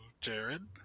Jared